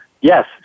yes